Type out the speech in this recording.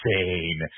Insane